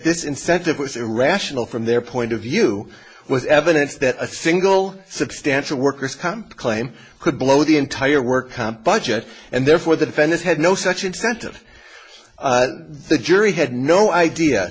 this incentive was irrational from their point of view with evidence that a single substantial worker's comp claim could blow the entire work comp budget and therefore the defendant had no such incentive the jury had no idea